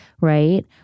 right